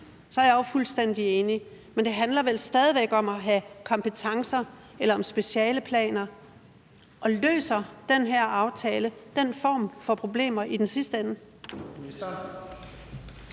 så er jeg jo fuldstændig enig, men det handler vel stadig væk om at have kompetencer eller om specialeplaner. Løser den her aftale den form for problemer i den sidste ende?